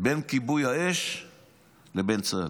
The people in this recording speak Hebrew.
בין כיבוי האש לבין צה"ל.